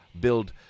build